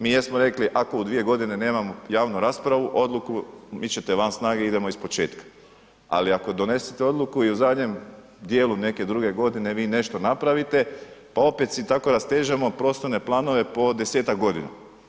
Mi jesmo rekli ako u dvije godine nemamo javnu raspravu, odluku, bit ćete van snage, idemo ispočetka, ali ako donesete odluku i u zadnjem dijelu neke druge godine vi nešto napravite, pa opet si tako rastežemo prostorne planove po 10-tak godina.